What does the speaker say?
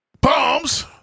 Bombs